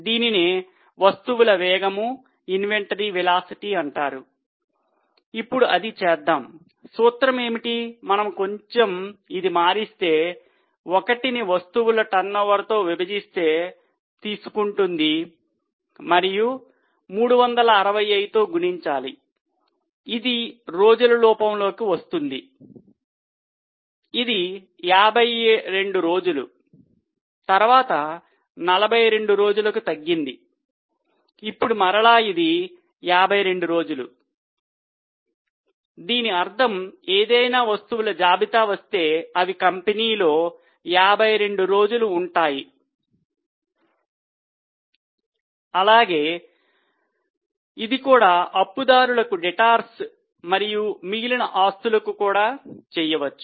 దీనినే వస్తువుల వేగము మరియు మిగిలిన ఆస్తులకు చేయవచ్చు